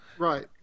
Right